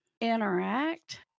interact